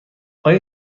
آیا